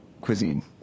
cuisine